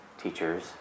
teachers